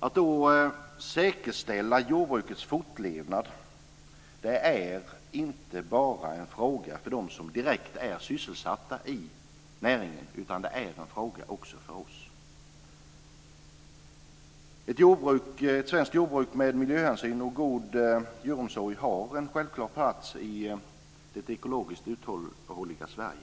Att då säkerställa jordbrukets fortlevnad är inte bara en fråga för dem som direkt är sysselsatta i näringen utan även för oss. Ett svenskt jordbruk med miljöhänsyn och god djuromsorg har en självklar plats i det ekologiskt uthålliga Sverige.